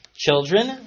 children